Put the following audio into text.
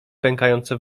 pękające